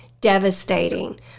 devastating